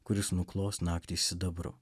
kuris nuklos naktį sidabru